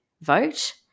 vote